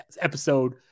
episode